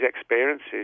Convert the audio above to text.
experiences